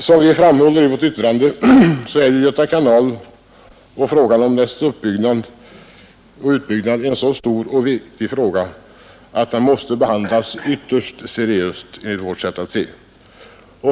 Som vi framhåller i vårt yttrande är frågan om utbyggnaden av Göta kanal en så stor och viktig fråga att den måste behandlas ytterst seriöst.